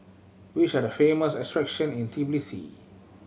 which are the famous attraction in Tbilisi